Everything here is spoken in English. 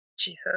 Jesus